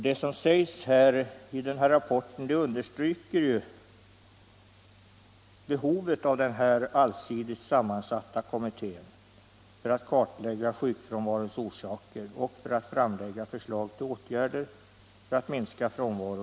Det som sägs i rapporten understryker behovet av en allsidigt sammansatt kommitté för att kartlägga sjukfrånvarons orsaker och för att framlägga förslag till åtgärder för att minska frånvaron.